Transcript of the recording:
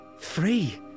Free